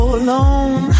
alone